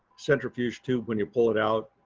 centrifuge tube when you pull it out.